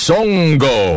Songo